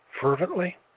fervently